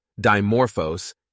Dimorphos